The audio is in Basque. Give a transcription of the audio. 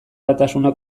batasuna